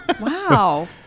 Wow